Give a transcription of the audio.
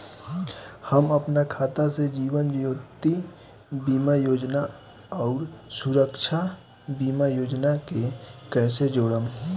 हम अपना खाता से जीवन ज्योति बीमा योजना आउर सुरक्षा बीमा योजना के कैसे जोड़म?